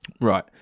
Right